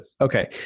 Okay